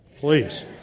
Please